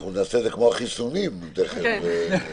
נעשה את זה כמו החיסונים, תיכף...